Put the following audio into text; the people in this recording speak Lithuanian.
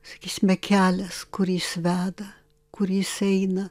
sakysime kelias kur jis veda kur jis eina